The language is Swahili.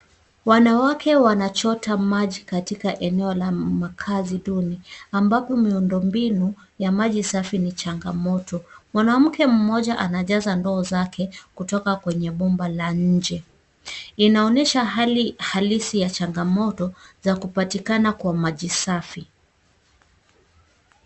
Wanawake wanachota maji katika eneo la makazi duni ambapo miundo mbinu ya maji safi ni changamoto. Mwanamke mmoja anajaza ndoo zake kutoka kwenye bomba la nje. Inaonyesha hali halisi ya changamoto za kupatikana kwa maji safi.